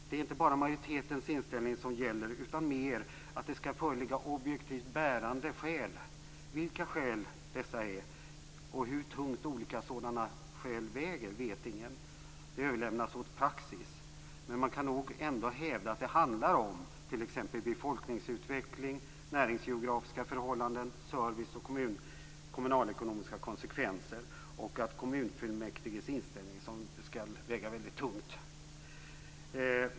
Det är inte bara majoritetens inställning som gäller, utan mer att det skall föreligga s.k. objektivt bärande skäl. Vilka dessa skäl är, och hur tungt olika sådana skäl väger, vet ingen. Det överlämnas åt praxis. Men man kan nog ändå hävda att det handlar om t.ex. befolkningsutveckling, näringsgeografiska förhållanden, service och kommunalekonomiska konsekvenser samt att kommunfullmäktiges inställning skall väga väldigt tungt.